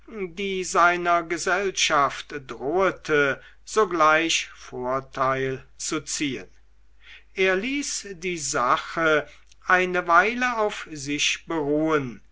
die seiner gesellschaft drohete sogleich vorteil zu ziehen er ließ die sache eine weile auf sich beruhen